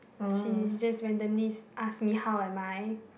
she just randomly ask me how am I